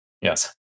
Yes